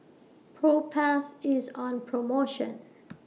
Propass IS on promotion